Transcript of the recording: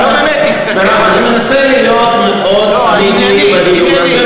אני מנסה להיות מאוד ענייני בדיון הזה,